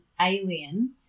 alien